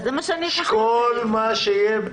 זה מה שאני --- כל מה שיהיה.